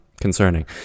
concerning